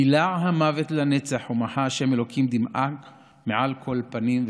"בלע המות לנצח ומחה ה' אלוקים דמעה מעל כל פנים,